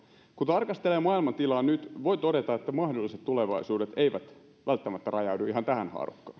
kun tarkastelee maailmantilaa nyt voi todeta että mahdolliset tulevaisuudet eivät välttämättä rajaudu ihan tähän haarukkaan